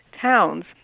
towns